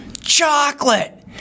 chocolate